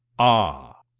ah!